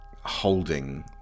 holding